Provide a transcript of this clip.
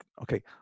Okay